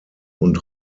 und